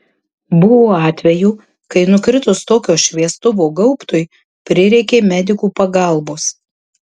buvo atvejų kai nukritus tokio šviestuvo gaubtui prireikė medikų pagalbos